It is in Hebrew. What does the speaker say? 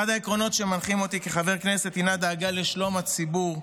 אחד העקרונות שמנחים אותי כחבר כנסת הוא דאגה לשלום הציבור,